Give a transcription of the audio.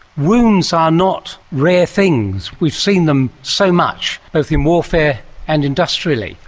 wounds are not rare things. we've seen them so much, both in warfare and industrially.